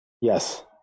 yes